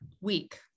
week